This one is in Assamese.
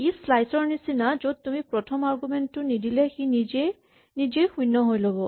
ই স্লাইচ ৰ নিচিনা য'ত তুমি প্ৰথম আৰগুমেন্ট টো নিদিলে সি নিজে নিজেই শূণ্য লৈ ল'ব